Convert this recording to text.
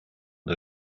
der